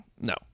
no